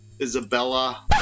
Isabella